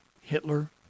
Hitler